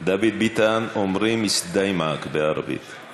דוד ביטן, אומרים בערבית (אומר בערבית: